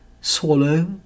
Swallow